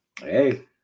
Hey